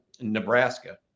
Nebraska